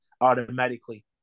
automatically